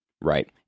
right